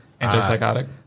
Antipsychotic